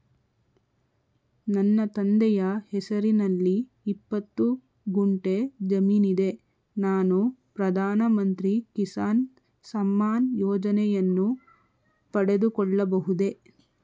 ನನ್ನ ತಂದೆಯ ಹೆಸರಿನಲ್ಲಿ ಇಪ್ಪತ್ತು ಗುಂಟೆ ಜಮೀನಿದೆ ನಾನು ಪ್ರಧಾನ ಮಂತ್ರಿ ಕಿಸಾನ್ ಸಮ್ಮಾನ್ ಯೋಜನೆಯನ್ನು ಪಡೆದುಕೊಳ್ಳಬಹುದೇ?